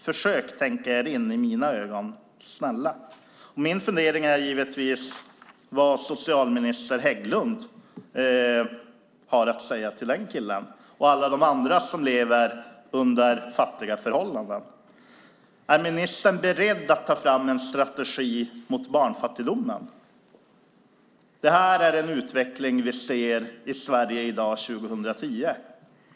Försök se det med mina ögon. Snälla. Min fundering är givetvis vad socialminister Hägglund har att säga till den killen och till alla de andra som lever under fattiga förhållanden. Är ministern beredd att ta fram en strategi mot barnfattigdomen? Det här är en utveckling vi ser i Sverige i dag, 2010.